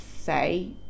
say